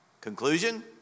Conclusion